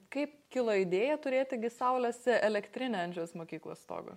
kaip kilo idėja turėti gi saulės elektrinę ant šios mokyklos stogo